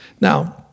Now